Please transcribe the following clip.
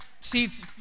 seats